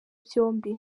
byombi